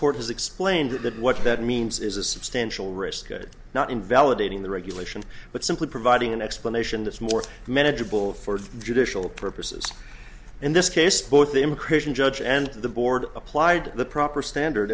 has explained that what that means is a substantial risk not invalidating the regulation but simply providing an explanation that's more manageable for judicial purposes in this case both the immigration judge and the board applied the proper standard